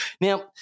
Now